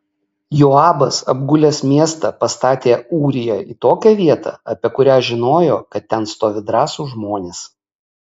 joabas apgulęs miestą pastatė ūriją į tokią vietą apie kurią žinojo kad ten stovi drąsūs žmonės